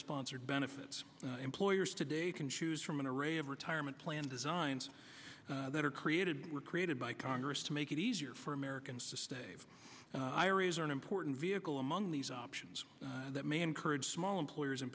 sponsored benefits employers today can choose from an array of retirement plan designs that are created were created by congress to make it easier for americans to stave iras are an important vehicle among these options that may encourage small employers in